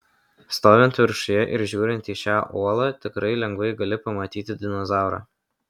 stovint viršuje ir žiūrint į šią uolą tikrai lengvai gali pamatyti dinozaurą